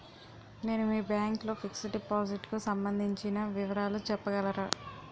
నేను మీ బ్యాంక్ లో ఫిక్సడ్ డెపోసిట్ కు సంబందించిన వివరాలు చెప్పగలరా?